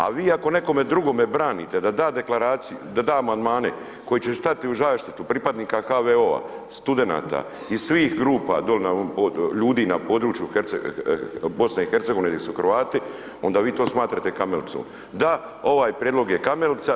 A vi ako nekome drugome branite da da deklaraciju i da da amandmane koji će stati u zaštitu pripadnika HVO, studenata i svih grupa dolje na ovom ljudi na području BiH gdje su Hrvati onda vi to smatrate kamilicom, da ovaj prijedlog je kamilica.